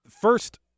First